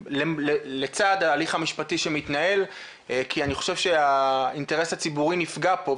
לצד ההליך המשפטי שמתנהל כי אני חושב שהאינטרס הציבורי נפגע פה.